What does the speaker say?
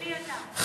תן לי אותן.